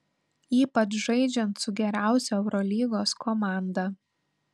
ypač žaidžiant su geriausia eurolygos komanda